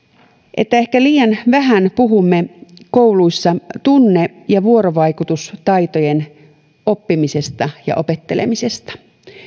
että ehkä liian vähän puhumme kouluissa tunne ja vuorovaikutustaitojen oppimisesta ja opettelemisesta näkisin että